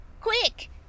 Quick